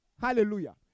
Hallelujah